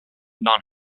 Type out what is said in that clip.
none